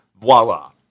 Voila